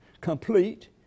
complete